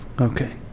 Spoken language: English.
Okay